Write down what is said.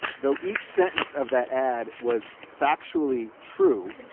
though each sentence of that ad was factually true,